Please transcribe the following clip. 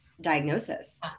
diagnosis